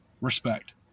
respect